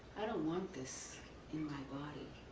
i don't want this in my body.